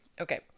Okay